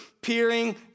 peering